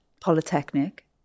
Polytechnic